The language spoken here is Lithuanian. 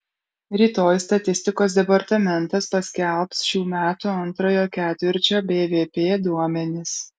rytoj statistikos departamentas paskelbs šių metų antrojo ketvirčio bvp duomenis